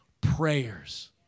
prayers